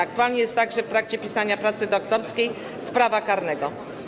Aktualnie jest także w trakcie pisania pracy doktorskiej z prawa karnego.